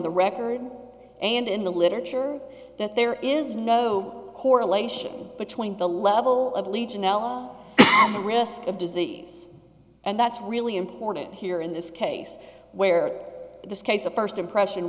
the record and in the literature that there is no correlation between the level of legionella and the risk of disease and that's really important here in this case where this case of first impression